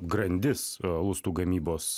grandis lustų gamybos